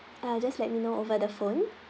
uh just let me know over the phone